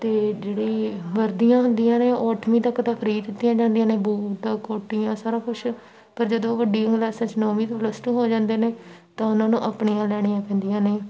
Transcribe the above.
ਅਤੇ ਜਿਹੜੀ ਵਰਦੀਆਂ ਹੁੰਦੀਆਂ ਨੇ ਉਹ ਅੱਠਵੀਂ ਤੱਕ ਤਾਂ ਖਰੀਦ ਦਿੱਤੀਆਂ ਜਾਂਦੀਆਂ ਨੇ ਬੂਟ ਕੋਟੀਆਂ ਸਾਰਾ ਕੁਛ ਪਰ ਜਦੋਂ ਵੱਡੀ ਕਲਾਸਾਂ 'ਚ ਨੌਵੀਂ ਤੋਂ ਪਲੱਸ ਟੂ ਹੋ ਜਾਂਦੇ ਨੇ ਤਾਂ ਉਹਨਾਂ ਨੂੰ ਆਪਣੀਆਂ ਲੈਣੀਆਂ ਪੈਂਦੀਆਂ ਨੇ